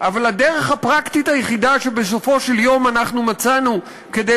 אבל הדרך הפרקטית היחידה שבסופו של יום אנחנו מצאנו כדי